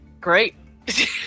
Great